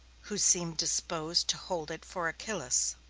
who seemed disposed to hold it for achillas.